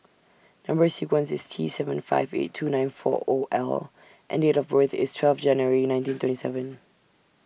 Number sequence IS T seven five eight two nine four O L and Date of birth IS twelve January nineteen twenty seven